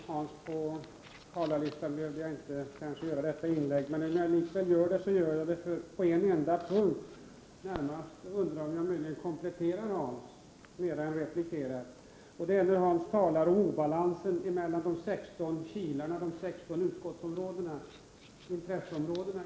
Fru talman! Eftersom Lars Tobisson står i tur på talarlistan är det kanske onödigt av mig att begära ordet. Men jag skulle vilja kommentera Hans Lindblad på en enda punkt som jag har reflekterat över. Hans Lindblad talade om obalansen mellan de 16 kilar som utskotten utgör när det gäller intresseområden.